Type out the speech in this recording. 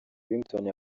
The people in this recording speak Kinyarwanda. ringtone